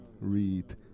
Read